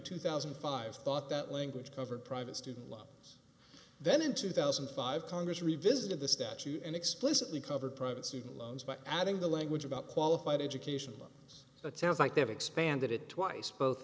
two thousand and five thought that language covered private student loan then in two thousand and five congress revisited the statute and explicitly covered private student loans by adding the language about qualified education limbs that sounds like they have expanded it twice both